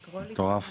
מטורף,